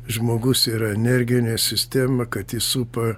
žmogus yra energinė sistema kad jį supa